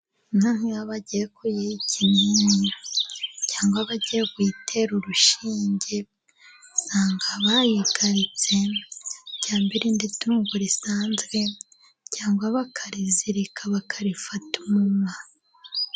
Inka nk'iyo bagiye ku yiha ikinini, cyangwa bagiye kuyitera urushinge, usanga bayigaritse, cyangwa irindi tungo risanzwe, cyangwa bakarizirika, bakarifata umunwa.